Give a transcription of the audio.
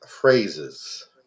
phrases